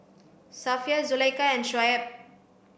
Safiya Zulaikha and Shoaib